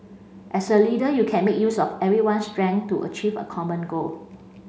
as a leader you can make use of everyone's strength to achieve a common goal